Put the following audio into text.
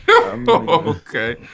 Okay